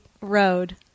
road